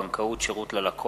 הצעת חוק הבנקאות (שירות ללקוח)